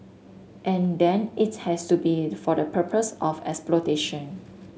and then it has to be for the purpose of exploitation